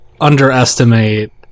underestimate